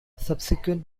subsequent